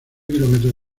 kilómetro